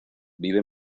vive